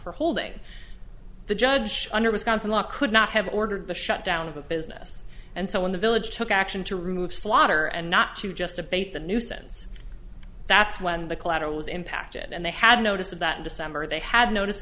for holding the judge under wisconsin law could not have ordered the shutdown of the business and so when the village took action to remove slaughter and not to just abate the nuisance that's when the collateral was impacted and they had notice of that in december they had notice